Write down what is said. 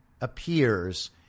appears